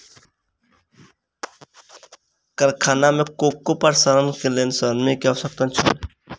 कारखाना में कोको प्रसंस्करणक लेल श्रमिक के आवश्यकता छल